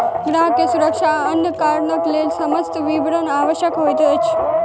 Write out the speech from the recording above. ग्राहक के सुरक्षा आ अन्य कारणक लेल समस्त विवरण आवश्यक होइत अछि